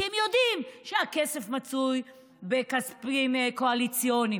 כי הם יודעים שהכסף מצוי בכספים קואליציוניים,